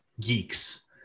geeks